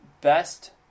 best